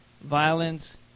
violence